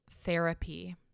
therapy